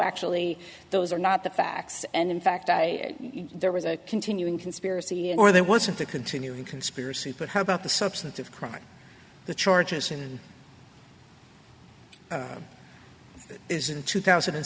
actually those are not the facts and in fact i there was a continuing conspiracy or there wasn't the continuing conspiracy but how about the substance of crime the charges and that is in two thousand and